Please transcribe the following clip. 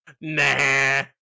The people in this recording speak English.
Nah